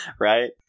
right